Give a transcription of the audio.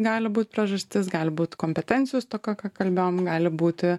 gali būt priežastis gali būt kompetencijų stoka ką kalbėjom gali būti